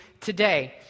today